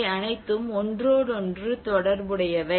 அவை அனைத்தும் ஒன்றோடொன்று தொடர்புடையவை